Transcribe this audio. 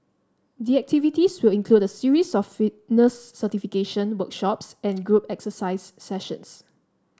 the activities will include a series of fitness certification workshops and group exercise sessions